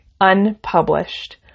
unpublished